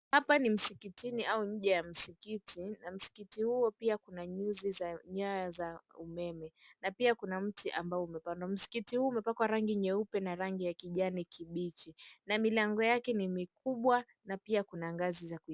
Hapa ni msikitini au nje ya msikiti na msikiti huo pia kuna nyuzi za nyayo za umeme na pia kuna mti ambao umepandwa. Msikiti huu umepakwa rangi nyeupe na rangi ya kijani kibichi na milango yake ni mikubwa na pia kuna ngazi za kuingia.